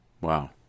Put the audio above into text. Wow